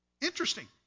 Interesting